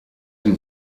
sie